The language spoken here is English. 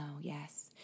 yes